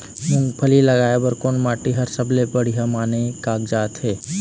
मूंगफली लगाय बर कोन माटी हर सबले बढ़िया माने कागजात हे?